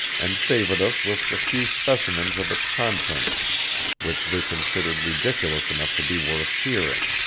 and favored us with the few specimens of its contents which they considered ridiculous enough to be worth hearing.